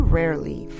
rarely